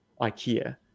Ikea